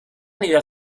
nella